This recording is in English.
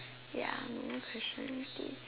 ya I no more questions this